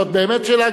זו באמת שאלה,